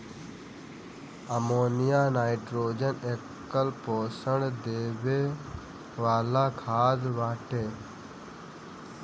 ammonium nitrogen एकल पोषण देवे वाला खाद बाटे